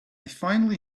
finally